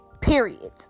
Period